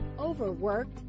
Overworked